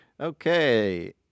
Okay